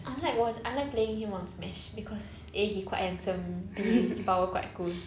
I like watch~ I like playing him on Smash because eh he quite handsome and his power quite cool